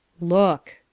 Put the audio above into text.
look